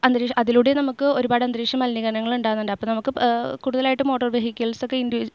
അന്തരീക്ഷ അതിലൂടെ നമുക്ക് ഒരുപാട് അന്തരീക്ഷ മലിനീകരണങ്ങൾ ഉണ്ടാകുന്നുണ്ട് അപ്പോൾ നമുക്ക് കൂടുതലായിട്ടും മോട്ടോർ വെഹിക്കിൾസ് ഒക്കെ ഇൻഡ്യുവി